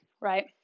right